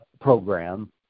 program